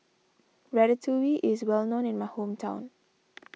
Ratatouille is well known in my hometown